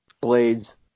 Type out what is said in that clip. Blade's